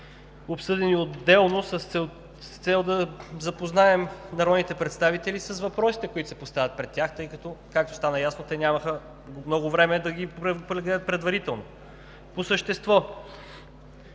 обсъдени отделно с цел да запознаем народните представители с въпросите, които се поставят пред тях. Тъй като, както стана ясно, те нямаха много време да ги прегледат предварително. По същество: